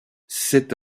c’est